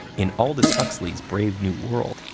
in aldous huxley's brave new world,